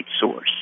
source